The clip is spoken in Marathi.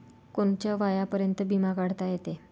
कोनच्या वयापर्यंत बिमा काढता येते?